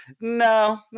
no